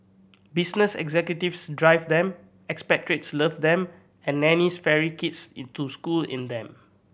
business executives drive them expatriates love them and nannies ferry kids it to school in them